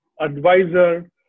advisor